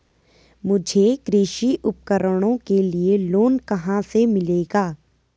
मुझे कृषि उपकरणों के लिए लोन कहाँ से मिलेगा?